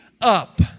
up